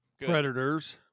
Predators